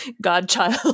Godchild